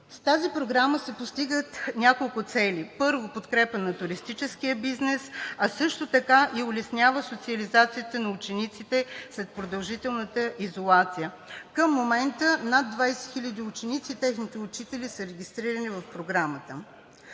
С тази програма се постигат няколко цели: подкрепа на туристическия бизнес, а също така улеснява и социализацията на учениците след продължителната изолация. Към момента над 20 хиляди ученици и техните учители са регистрирани в Програмата.